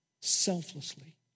selflessly